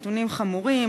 נתונים חמורים,